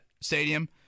stadium